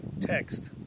text